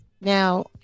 Now